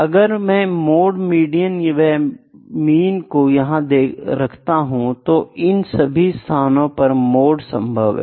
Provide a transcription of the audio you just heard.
अगर मैं mode median व मीन को यहां रख देता हूं तो इन सभी स्थानों पर मोड संभव है